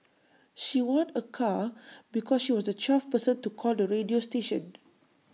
she won A car because she was the twelfth person to call the radio station